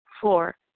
Four